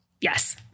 Yes